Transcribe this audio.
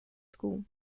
school